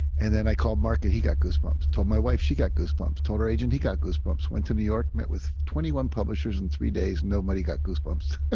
and then i called mark and he got goosebumps. told my wife, she got goosebumps. told our agent, he got goosebumps went to new york, met with twenty one publishers in three days and nobody got goosebumps